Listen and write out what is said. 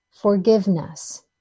Forgiveness